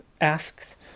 asks